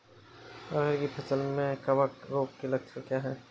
अरहर की फसल में कवक रोग के लक्षण क्या है?